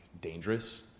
dangerous